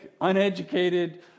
uneducated